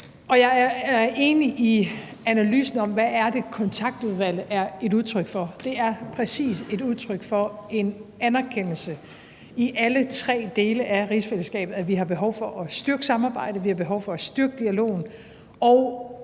Jeg er enig i analysen af, hvad kontaktudvalget er et udtryk for. Det er præcis et udtryk for en anerkendelse i alle tre dele af rigsfællesskabet af, at vi har behov for at styrke samarbejdet, at vi har behov for at styrke dialogen.